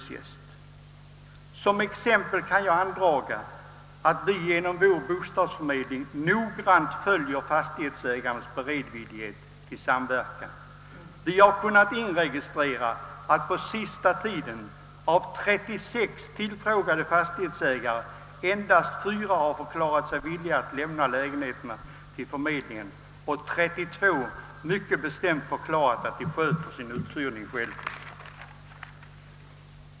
Som exempel kan jag andraga att vi genom vår bostadsförmedling i Malmö noggrant följer fastighetsägarnas beredvillighet till samverkan. Vi har kunnat inregistrera att på senaste tiden av 36 tillfrågade fastighetsägare endast fyra har förklarat sig villiga att lämna sina lägenheter till förmedlingen, medan 32 mycket bestämt förklarat att de sköter uthyrningen själva.